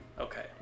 Okay